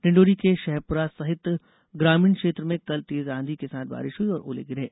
डिण्डोरी के शहपुरा सहित ग्रामीण क्षेत्रों में कल तेज आंधी के साथ बारिश हुई और ओले गिरे